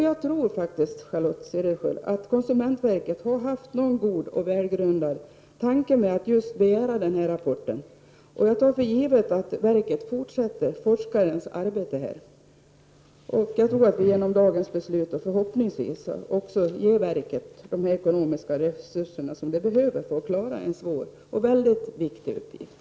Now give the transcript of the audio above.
Jag tror faktiskt, Charlotte Cederschiöld, att konsumentverket har haft en god och väl grundad tanke med just den här rapporten. Jag tar för givet att verket fortsätter forskarens arbete. Genom dagens beslut ger vi förhoppningsvis också verket de ekonomiska resurser som behövs för att klara en svår och väldigt viktig uppgift.